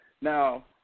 Now